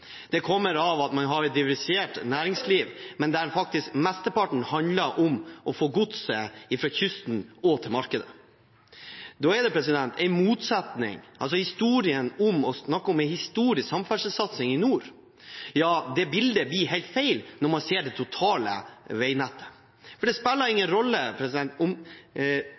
Det kommer av at man har et næringsliv med diversitet, men der mesteparten faktisk handler om å få godset fra kysten til markedet. Da er det en motsetning – når man snakker om en historisk samferdselssatsing i nord, blir det bildet helt feil når man ser det totale veinettet, for det spiller ingen rolle for verken næringslivet eller den lokale innbygger om